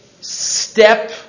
step